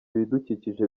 ibidukikije